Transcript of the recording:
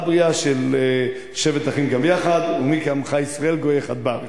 בריאה של "שבת אחים גם יחד" "ומי כעמך ישראל גוי אחד בארץ".